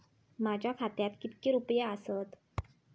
माझ्या खात्यात कितके रुपये आसत?